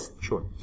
sure